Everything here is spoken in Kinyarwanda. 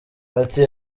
ati